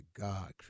God